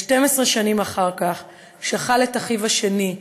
ו-12 שנים אחר כך שכל את אחיו השני,